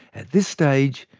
at this stage,